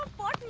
bhai.